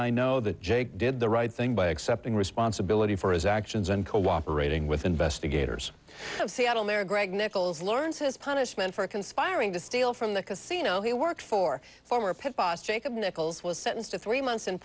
i know that jake did the right thing by accepting responsibility for his actions and cooperating with investigators of seattle near greg nickels learns his punishment for conspiring to steal from the casino he worked for former pit boss jacob nichols was sentenced to three months in